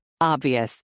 Obvious